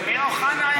אמיר אוחנה היה,